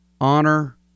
Honor